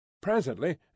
Presently